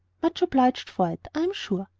much obliged for it, i'm sure.